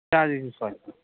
ਚਾਲੀ ਰੁਪਏ ਸੁਆਰੀ